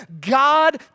God